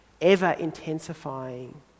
ever-intensifying